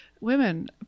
women